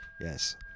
Yes